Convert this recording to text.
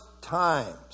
times